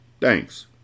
Thanks